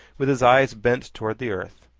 with his eyes bent towards the earth.